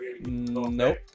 Nope